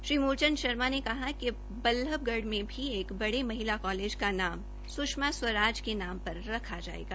श्री मूल चंद शर्मा ने कहा कि बल्लभगढ में भी एक बड़े महिला कॉलेज का नाम सुष्मा स्वराज के नाम पर रखा जायेगा